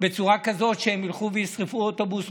בצורה כזאת שהם ילכו וישרפו אוטובוס,